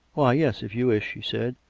why, yes, if you wish, she said.